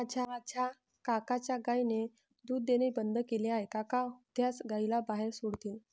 माझ्या काकांच्या गायीने दूध देणे बंद केले आहे, काका उद्या गायीला बाहेर सोडतील